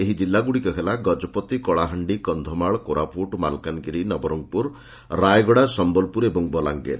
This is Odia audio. ଏହି ଜିଲ୍ଲାଗୁଡ଼ିକ ହେଲା ଗଜପତି କଳାହାଣ୍ଡି କକ୍ଷମାଳ କୋରାପୁଟ ମାଲକାନଗିରି ନବରଙ୍ଗପୁର ରାୟଗଡା ସମ୍ମଲପୁର ଓ ବଲାଙ୍ଗୀର